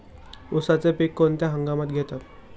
उसाचे पीक कोणत्या हंगामात घेतात?